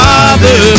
Father